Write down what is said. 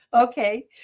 Okay